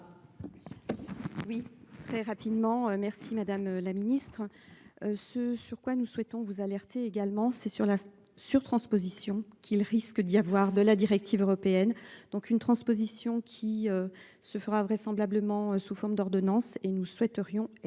Oui, très rapidement. Merci madame la ministre. Ce sur quoi nous souhaitons vous alerter également c'est sur la sur-transposition qu'il risque d'y avoir de la directive européenne donc une transposition qui se fera vraisemblablement sous forme d'ordonnances et nous souhaiterions être